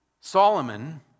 Solomon